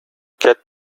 get